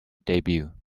debut